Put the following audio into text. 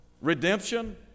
redemption